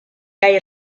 kaj